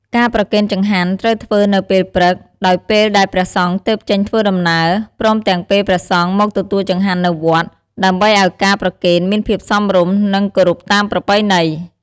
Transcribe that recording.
ការប្រគេនចង្ហាន់ត្រូវធ្វើនៅពេលព្រឹក ដោយពេលដែលព្រះសង្ឃទើបចេញធ្វើដំណើរ ព្រមទាំងពេលព្រះសង្ឃមកទទួលចង្ហាន់នៅវត្ត ដើម្បីឲ្យការប្រគេនមានភាពសមរម្យ និងគោរពតាមប្រពៃណី។